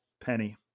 penny